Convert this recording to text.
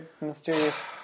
mysterious